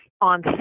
on